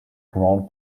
grand